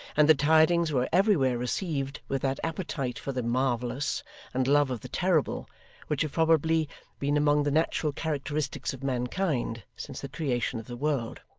and the tidings were everywhere received with that appetite for the marvellous and love of the terrible which have probably been among the natural characteristics of mankind since the creation of the world.